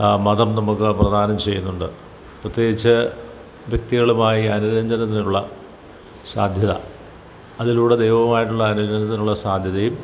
മതം നമുക്ക് പ്രദാനം ചെയ്യുന്നുണ്ട് പ്രത്യേകിച്ച് വ്യക്തികളുമായി അനുരഞ്ജനത്തിനുളള സാധ്യത അതിലൂടെ ദൈവവുമായിട്ടുള്ള അനുരഞ്ജനത്തിനുളള സാധ്യതയും